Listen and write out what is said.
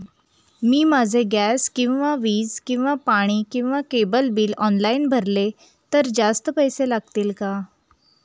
मी माझे गॅस किंवा वीज किंवा पाणी किंवा केबल बिल ऑनलाईन भरले तर जास्त पैसे लागतील का?